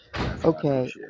okay